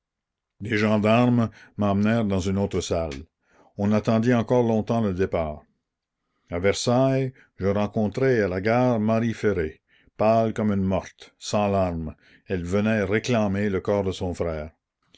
les gendarmes m'emmenèrent dans une autre salle on attendit encore longtemps le départ a versailles je rencontrai à la gare marie ferré pâle comme une morte sans larmes elle venait réclamer le corps de son frère